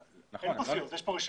אין פה סיעות, יש פה רשימות.